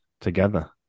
together